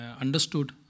understood